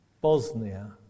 Bosnia